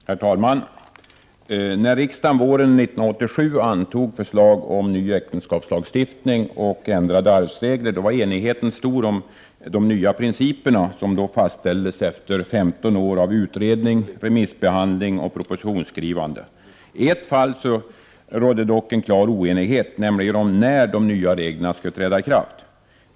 Herr talman! När riksdagen våren 1987 antog förslaget om ny äktenskapslagstiftning och ändrade arvsregler var enigheten stor om de nya principerna som då fastställdes efter 15 års utredning, remissbehandling och propositionsskrivande. I ett fall rådde det dock klar oenighet, nämligen om när de nya reglerna skulle träda i kraft.